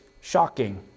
shocking